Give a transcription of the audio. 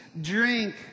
drink